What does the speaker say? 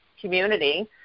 community